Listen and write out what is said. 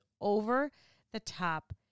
over-the-top